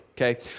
okay